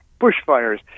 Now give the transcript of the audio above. bushfires